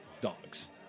dogs